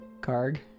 Karg